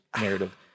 narrative